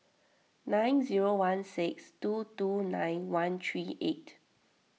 nine zero one six two two nine one three eight